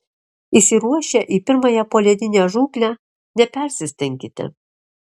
išsiruošę į pirmąją poledinę žūklę nepersistenkite